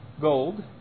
gold